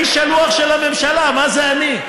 אני שלוח של הממשלה, מה זה אני?